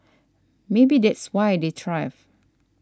maybe that's why they thrived